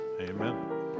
amen